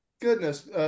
goodness